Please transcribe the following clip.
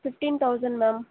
fifteen thousand ma'am